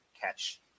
catch